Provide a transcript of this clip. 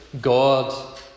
God